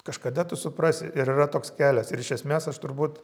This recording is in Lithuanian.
kažkada tu suprasi ir yra toks kelias ir iš esmės aš turbūt